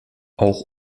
auch